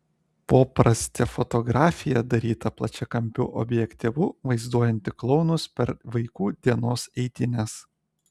poprastė fotografija daryta plačiakampiu objektyvu vaizduojanti klounus per vaikų dienos eitynes